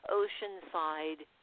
oceanside